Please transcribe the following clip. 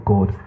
God